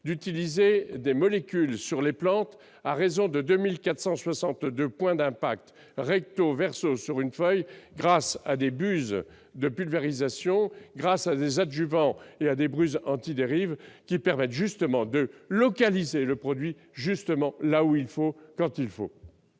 de projeter des molécules sur les plantes à raison de 2 462 points d'impact recto verso sur une feuille grâce à des buses de pulvérisation, grâce à des adjuvants et à des buses anti-dérives, qui permettent de localiser le produit là où il faut, quand il faut.